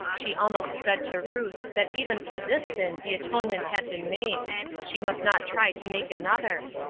she almost said to ruth that even for this sin the atonement had been made she must not try to make another.